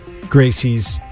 gracie's